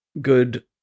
good